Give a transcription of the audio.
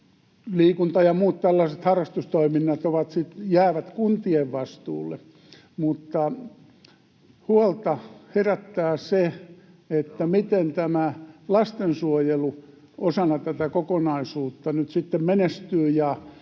liikunta ja muut tällaiset harrastustoiminnat jäävät kuntien vastuulle. Mutta huolta herättää se, miten lastensuojelu osana tätä kokonaisuutta nyt